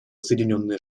соединенные